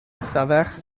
s’avère